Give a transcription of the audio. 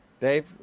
Dave